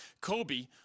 Kobe